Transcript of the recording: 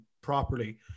properly